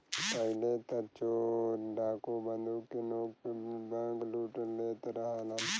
पहिले त चोर डाकू बंदूक के नोक पे बैंकलूट लेत रहलन